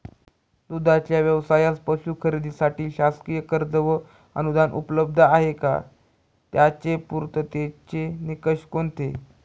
दूधाचा व्यवसायास पशू खरेदीसाठी शासकीय कर्ज व अनुदान उपलब्ध आहे का? त्याचे पूर्ततेचे निकष कोणते?